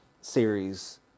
series